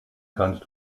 kannst